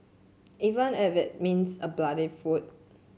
even if it means a bloodied foot